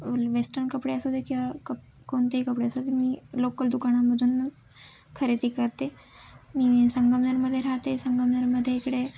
western कपडे असूदे किंवा कप कोणतेही कपडे असोत मी लोकल दुकानामधूनच खरेदी करते मी संगमनरमध्ये राहते संगमनरमध्ये इकडे